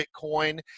Bitcoin